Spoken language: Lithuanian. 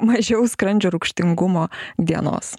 mažiau skrandžio rūgštingumo dienos